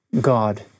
God